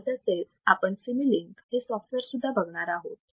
तसेच आपण सीमुलिंक हे सॉफ्टवेअर सुद्धा बघणार आहोत